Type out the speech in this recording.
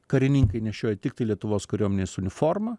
karininkai nešioja tiktai lietuvos kariuomenės uniformą